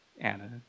Anna